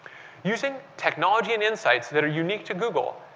using technology and insights that are unique to google,